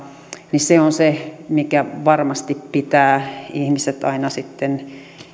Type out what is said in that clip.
saavat se on se mikä varmasti pitää ihmiset aina sitten